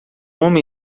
homem